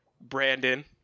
Brandon